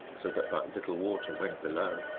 so that but little water went below.